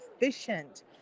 efficient